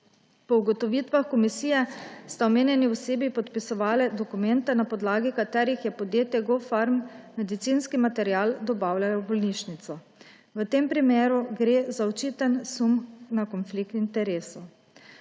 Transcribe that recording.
Po ugotovitvah komisije sta omenjeni osebi podpisovali dokumente, na podlagi katerih je podjetje Gopharm medicinski material dobavljalo bolnišnici. V tem primeru gre za očiten sum konflikta interesov.